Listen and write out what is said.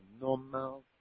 normal